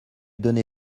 donné